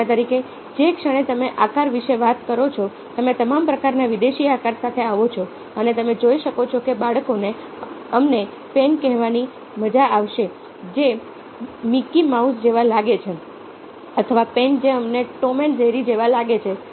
દાખલા તરીકે જે ક્ષણે તમે આકાર વિશે વાત કરો છો તમે તમામ પ્રકારના વિદેશી આકારો સાથે આવો છો અને તમે જોઈ શકો છો કે બાળકોને અમને પેન કહેવાની મજા આવશે જે મિકી માઉસ જેવી લાગે છે અથવા પેન જે અમને ટોમ એન્ડ જેરી જેવી લાગે છે